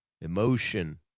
emotion